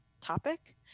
topic